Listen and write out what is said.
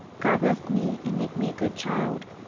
god bless me, and make me a good child.